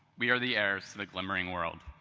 we are the heirs to the glimmering world.